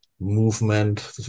movement